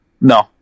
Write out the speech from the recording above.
No